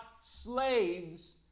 slaves